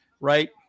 right